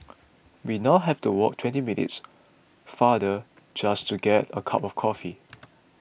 we now have to walk twenty minutes farther just to get a cup of coffee